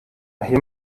hier